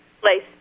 place